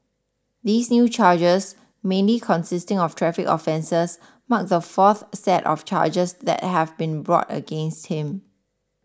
these new charges mainly consisting of traffic offences mark the fourth set of charges that have been brought against him